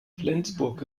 flensburg